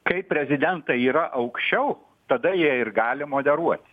kai prezidentai yra aukščiau tada jie ir gali moderuoti